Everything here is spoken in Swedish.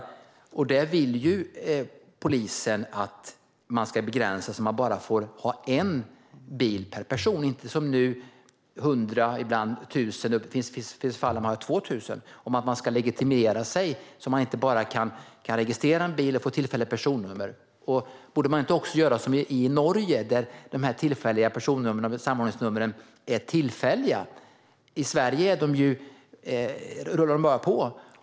Polisen vill att det görs en begränsning så att det bara är möjligt att äga en bil per person och inte som nu när man kan ha 100 eller ibland 1 000 bilar. Det finns fall där man har 2 000. Polisen vill också att man ska legitimera sig och inte bara kunna registrera en bil och få ett tillfälligt personnummer. Borde vi inte kunna göra som i Norge? Där är samordningsnumren tillfälliga. I Sverige rullar de bara på.